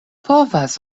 povas